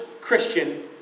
Christian